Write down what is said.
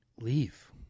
Leave